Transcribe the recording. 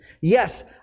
Yes